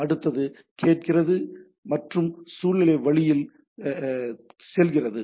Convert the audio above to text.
அடுத்தது கேட்கிறது மற்றும் சுழல்நிலை வழியில் செல்கிறது